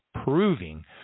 proving